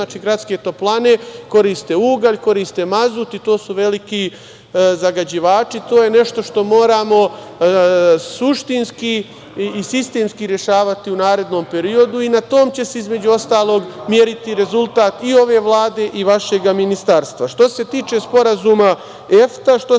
Znači, gradske toplane koriste ugalj, koriste mazut i to su veliki zagađivači. To je nešto što moramo suštinski i sistemski rešavati u narednom periodu i na tom će se između ostalog meriti rezultat i ove Vlade i vašeg Ministarstva. Što se tiče Sporazuma EFTA, što se